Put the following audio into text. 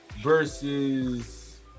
versus